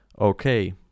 Okay